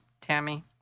Tammy